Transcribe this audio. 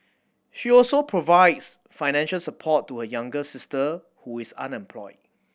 she also provides financial support to her younger sister who is unemployed